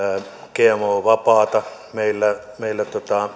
gmo vapaata meillä meillä